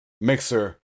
Mixer